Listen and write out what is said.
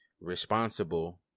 responsible